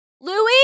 Louis